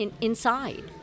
inside